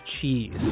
cheese